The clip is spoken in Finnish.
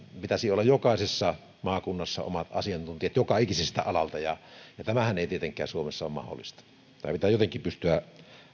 pitäisi olla jokaisessa maakunnassa omat asiantuntijat joka ikiseltä alalta ja ja tämähän ei tietenkään suomessa ole mahdollista tämä pitää jotenkin pystyä